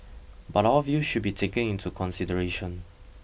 but all views should be taken into consideration